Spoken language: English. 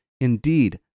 Indeed